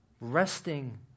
Resting